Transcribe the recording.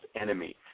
enemy